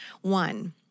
One